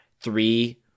three